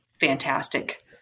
fantastic